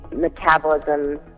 metabolism